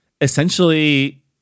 essentially